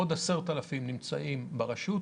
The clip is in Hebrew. עוד 10,000 נמצאים ברשות.